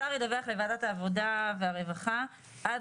השר ידווח לוועדת העבודה והרווחה עד